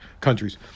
countries